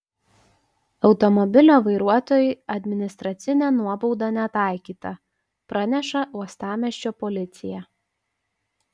automobilio vairuotojui administracinė nuobauda netaikyta praneša uostamiesčio policija